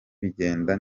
bigenda